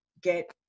get